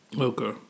Okay